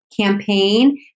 campaign